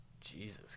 Jesus